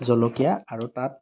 জলকীয়া আৰু তাত